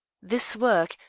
this work,